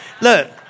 Look